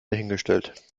dahingestellt